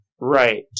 Right